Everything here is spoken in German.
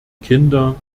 kinder